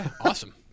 Awesome